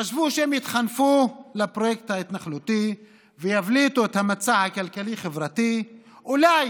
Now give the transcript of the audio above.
חשבו שאם יתחנפו לפרויקט ההתנחלותי ויבליטו את המצע הכלכלי-חברתי אולי